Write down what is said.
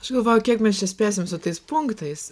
aš galvoju kiek mes čia spėsim su tais punktais